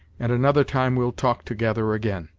and another time we'll talk together again.